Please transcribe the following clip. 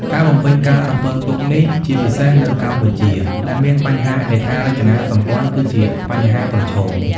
ការបំពេញការរំពឹងទុកនេះ ជាពិសេសនៅកម្ពុជាដែលមានបញ្ហាហេដ្ឋារចនាសម្ព័ន្ធ គឺជាបញ្ហាប្រឈម។